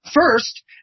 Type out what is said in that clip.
First